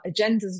agendas